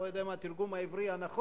לא יודע אם זה התרגום העברי הנכון,